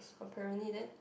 apparently then